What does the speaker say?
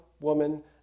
woman